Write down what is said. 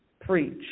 Preach